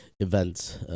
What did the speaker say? events